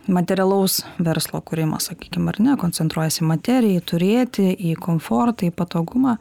materialaus verslo kūrimą sakykim ar ne koncentruojas į materiją į turėti į komfortą į patogumą